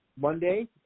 Monday